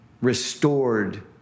restored